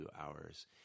hours